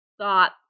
thought